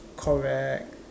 correct